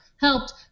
helped